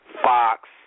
Fox